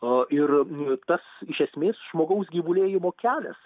o ir ir tas iš esmės žmogaus gyvulėjimo kelias